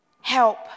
help